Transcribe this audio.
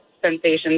sensations